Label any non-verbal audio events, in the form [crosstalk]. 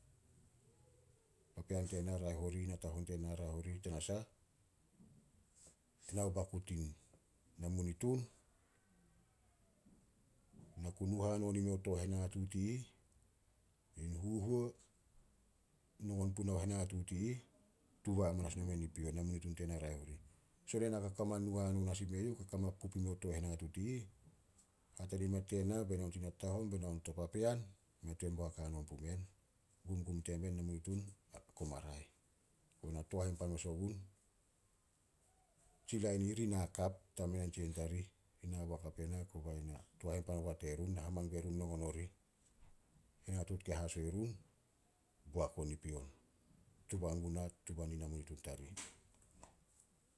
Papean tena raeh orih, natahon tena raeh on tanasah, ena o baku tein namunituun. Na ku nu hanon i meh tooh henatuut i ih. In huhuo nongon punao henatuut i ih, tuba hamanas nomen i pion. Namunitun tena raeh orih. Son ena ka koma nu hanon as i me youh ka koma pup i meo tooh henatuut i ih, hatania mea tena be na on tin natahon be na on to papean, mei tuan boak hanon pumen. Gumgum temen namunitun a koma raeh. Koba na tooh hainpan mes ogun, tsi lain i ih ri na hakap, tamen, tsinen tarih ri nabo hakap ye na. Kobae, na tooh hainpan ogua terun, haman gue run nongon orih. Henatuut kei hasoi run, boak on i pion. Tuba guna, tuba nin namunitun tarih. [noise]